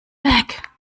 back